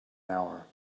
hour